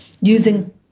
using